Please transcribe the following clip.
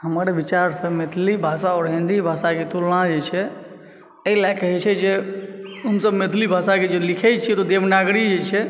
हमर हिसाबसँ मैथिली भाषा आओर हिन्दी भाषाके तुलना जे छै एहि लए कऽ होइ छै जे हमसभ मैथिली भाषाके जे लिखै छियै तऽ ओ देवनागरी छै